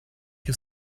you